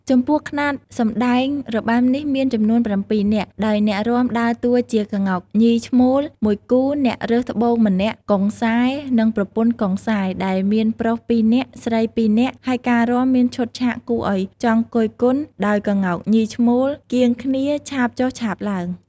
ចំពោះខ្នាតសម្តែងរបាំនេះមានចំនួន ៧នាក់ ដោយអ្នករាំដើរតួជាក្ងោកញីឈ្មោល ១គូ អ្នករើសត្បូងម្នាក់ កុងសែ និង ប្រពន្ធកុងសែ ដែលមាន ប្រុស ២នាក់ ស្រី ២នាក់ ហើយការរាំមានឈុតឆាកគួរឲ្យចង់គយគន់ ដោយក្ងោកញីឈ្មោលកៀងគ្នា ឆាបចុះឆាបឡើង ។